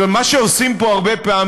זאת אומרת, מה שעושים פה הרבה פעמים,